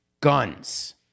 guns